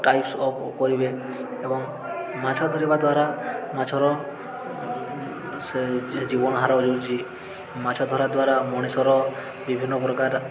types of କରିବେ ଏବଂ ମାଛ ଧରିବା ଦ୍ୱାରା ମାଛର ସେ ଜୀବନ ହାର ହେଉଛି ମାଛ ଧରା ଦ୍ୱାରା ମଣିଷର ବିଭିନ୍ନ ପ୍ରକାର